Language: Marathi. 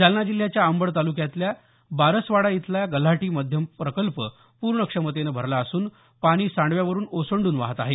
जालना जिल्ह्याच्या अंबड तालुक्यातल्या बारसवाडा इथला गल्हाटी मध्यम प्रकल्प पूर्ण क्षमतेनं भरला असून पाणी सांडव्यावरून ओसंडून वाहत आहे